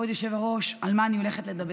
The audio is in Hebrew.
כבוד היושב-ראש, על מה אני הולכת לדבר.